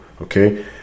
okay